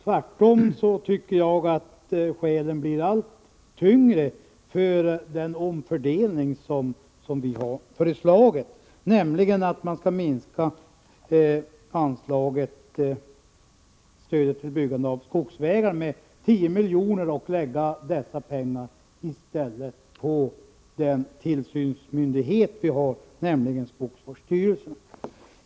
Tvärtom tycker jag att skälen blir allt tyngre för den omfördelning som vi har föreslagit, nämligen att man skall minska anslaget Stöd till byggande av skogsvägar med 10 miljoner och i stället lägga dessa pengar på den tillsynsmyndighet vi har, nämligen skogsvårdsstyrelserna.